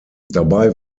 dabei